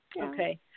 okay